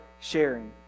sharing